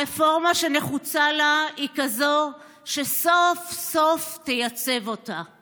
הרפורמה שנחוצה לה היא כזו שסוף-סוף תייצב אותה.